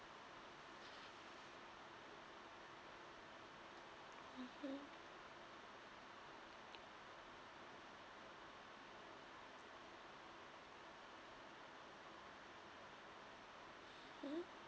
mmhmm mmhmm